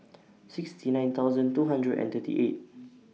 sixty nine thousand two hundred and thirty eight